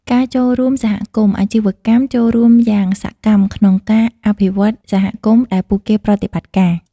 ការចូលរួមសហគមន៍ អាជីវកម្មចូលរួមយ៉ាងសកម្មក្នុងការអភិវឌ្ឍសហគមន៍ដែលពួកគេប្រតិបត្តិការ ។